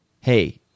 hey